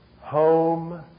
home